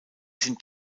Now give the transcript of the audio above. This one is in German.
sind